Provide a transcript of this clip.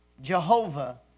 Jehovah